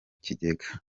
kigega